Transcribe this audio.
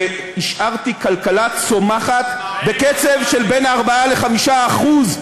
השארתי כלכלה צומחת בקצב של בין 4% ל-5%.